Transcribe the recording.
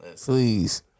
Please